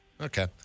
Okay